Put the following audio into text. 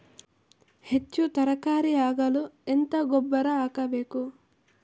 ಹೆಚ್ಚು ತರಕಾರಿ ಆಗಲು ಎಂತ ಗೊಬ್ಬರ ಹಾಕಬೇಕು?